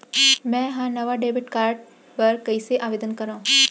मै हा नवा डेबिट कार्ड बर कईसे आवेदन करव?